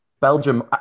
Belgium